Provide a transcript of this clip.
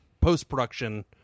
post-production